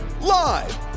Live